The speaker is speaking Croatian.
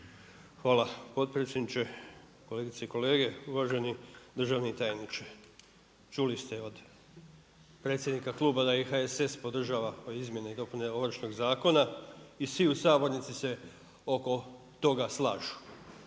Hvala potpredsjedniče. Kolegice i kolege. Uvaženi državni tajniče, čuli ste od predsjednika kluba da i HSS podržava izmjene i dopune Ovršnog zakona i svi u sabornici se oko toga slažu.